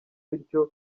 bityo